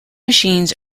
machines